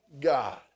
God